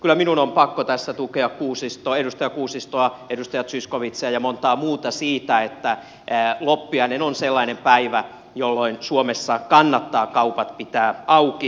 kyllä minun on pakko tässä tukea edustaja kuusistoa edustaja zyskowiczia ja montaa muuta siinä että loppiainen on sellainen päivä jolloin suomessa kannattaa kaupat pitää auki